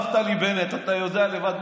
נפתלי בנט: אתה יודע לבד,